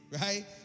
right